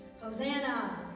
Hosanna